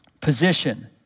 position